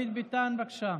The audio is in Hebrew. ביטן, בבקשה.